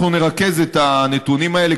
אנחנו נרכז את הנתונים האלה,